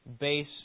base